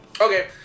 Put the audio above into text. Okay